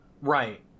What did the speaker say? Right